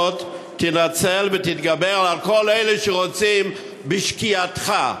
תינצל ותתגבר על כל אלה שרוצים בשקיעתך,